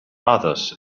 others